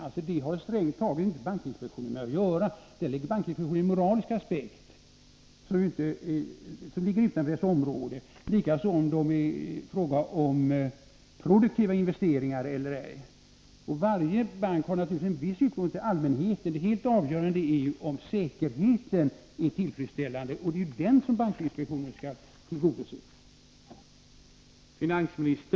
Om sådan förekommer är detta någonting som bankinspektionen strängt taget inte har med att göra. Här anlägger bankinspektionen en moralisk aspekt som ligger utanför dess område. Detsamma gäller om det är fråga om produktiva investeringar eller ej. Varje bank har naturligtvis en viss skyldighet gentemot allmänheten, men det helt avgörande vid kreditgivning är om säkerheten är tillfredsställande. Det är det kravet som bankinspektionen skall tillgodose.